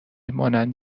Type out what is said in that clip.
مانند